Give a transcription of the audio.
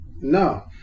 no